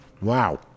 Wow